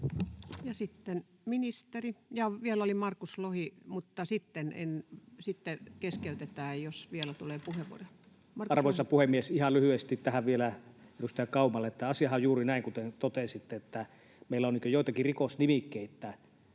Ja sitten ministeri… Ja vielä oli Markus Lohi. Mutta sitten keskeytetään, jos vielä tulee puheenvuoroja. — Markus Lohi. Arvoisa puhemies! Ihan lyhyesti vielä edustaja Kaumalle: Asiahan on juuri näin, kuten totesitte, että meillä on joitakin rikosnimikkeitä,